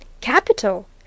Capital